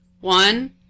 One